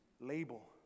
Label